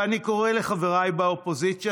ואני קורא לחבריי באופוזיציה,